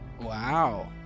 Wow